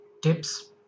tips